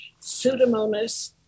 pseudomonas